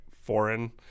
Foreign